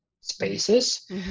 spaces